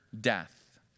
death